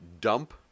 dump